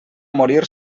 morir